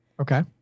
Okay